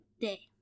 day